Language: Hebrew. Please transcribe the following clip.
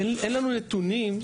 אין לנו נתונים,